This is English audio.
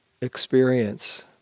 experience